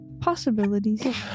possibilities